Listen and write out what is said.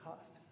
cost